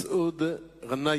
חבר הכנסת מסעוד גנאים.